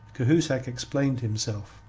cahusac explained himself.